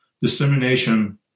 Dissemination